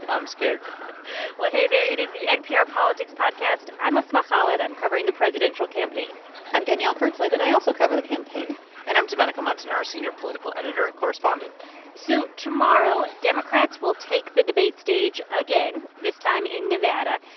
i'm scared well, hey there. it is the npr politics podcast. i'm asma khalid. i'm covering the presidential campaign i'm danielle kurtzleben. i also cover the campaign and i'm domenico montanaro, senior political editor and correspondent so tomorrow, democrats will take the debate stage again, this time in nevada.